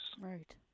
Right